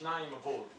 שניים עברו.